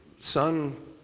son